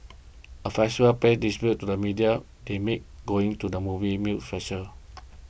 a festivals pay dispute to the medium they make going to the movies meal special